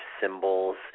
symbols